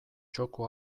txoko